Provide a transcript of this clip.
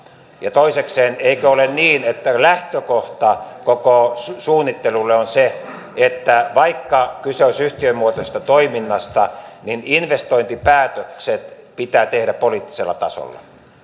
toisekseen eikö ole niin että lähtökohta koko suunnittelulle on se että vaikka kyse olisi yhtiömuotoisesta toiminnasta niin investointipäätökset pitää tehdä poliittisella tasolla